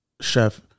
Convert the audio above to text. chef